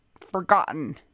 forgotten